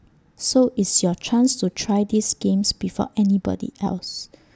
so it's your chance to try these games before anybody else